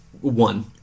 one